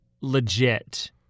legit